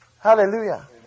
Hallelujah